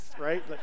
right